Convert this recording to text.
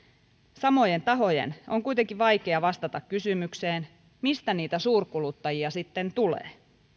samojen tahojen on kuitenkin vaikea vastata kysymykseen mistä niitä suurkuluttajia sitten tulee